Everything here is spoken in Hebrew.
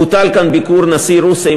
בוטל כאן ביקור נשיא רוסיה,